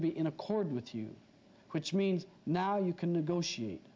to be in accord with you which means now you can negotiate